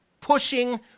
pushing